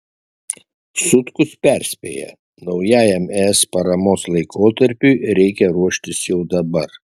sutkus perspėja naujajam es paramos laikotarpiui reikia ruoštis jau dabar